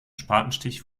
spatenstich